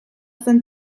zen